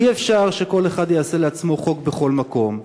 אי-אפשר שכל אחד יעשה לעצמו חוק בכל מקום,